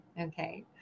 Okay